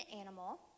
animal